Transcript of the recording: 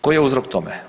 Koji je uzrok tome?